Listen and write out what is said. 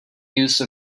use